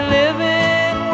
living